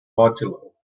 modulo